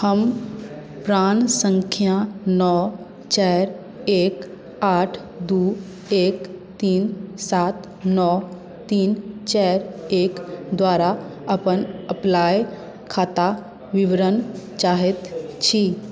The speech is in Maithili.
हम प्राण संख्या नओ चारि एक आठ दू एक तीन सात नओ तीन चारि एक द्वारा अपन ए पी वाई खाताक विवरण चाहैत छी